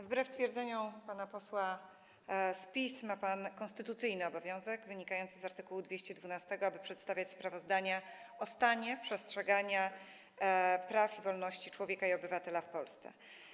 Wbrew twierdzeniom pana posła z PiS ma pan konstytucyjny obowiązek, wynikający z art. 212, aby przedstawiać sprawozdania o stanie przestrzegania praw i wolności człowieka i obywatela w Polsce.